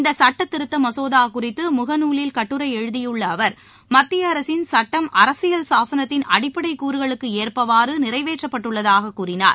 இந்த சட்டத்திருத்த மசோதா குறித்து முகநூலில் கட்டுரை எழுதியுள்ள அவர் மத்திய அரசின் சுட்டம் அரசியல் சாசனத்தின் அடிப்படை கூறுகளுக்கு ஏற்பவாறு நிறைவேற்றப்பட்டுள்ளதாகக் கூறினார்